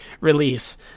release